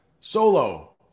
solo